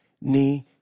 ni